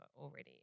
already